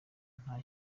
nta